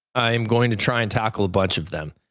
i am going to try and tackle a bunch of them.